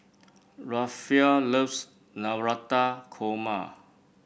Rafael loves Navratan Korma